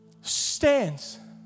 stands